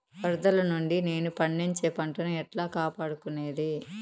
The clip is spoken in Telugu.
వరదలు నుండి నేను పండించే పంట ను ఎట్లా కాపాడుకునేది?